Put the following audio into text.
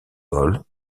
paul